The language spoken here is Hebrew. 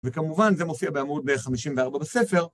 וכמובן זה מופיע בעמוד 54 בספר.